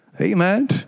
Amen